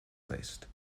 faced